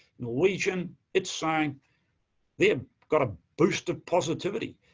norwegian, it's saying they've got a boost of positivity,